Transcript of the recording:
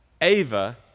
Ava